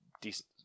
decent